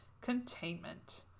containment